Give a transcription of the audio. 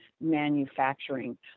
manufacturing